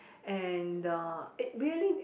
and the it really